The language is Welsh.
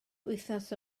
wythnos